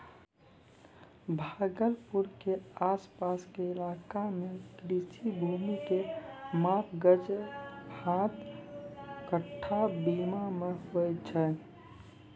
भागलपुर के आस पास के इलाका मॅ कृषि भूमि के माप गज, हाथ, कट्ठा, बीघा मॅ होय छै